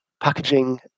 packaging